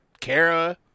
Kara